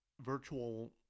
virtual